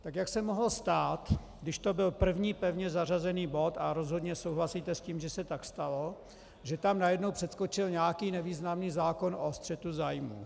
Tak jak se mohlo stát, když to byl první pevně zařazený bod, a rozhodně souhlasíte s tím, že se tak stalo, že tam najednou přeskočil nějaký nevýznamný zákon o střetu zájmů?